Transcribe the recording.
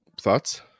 Thoughts